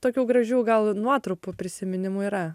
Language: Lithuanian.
tokių gražių gal nuotrupų prisiminimų yra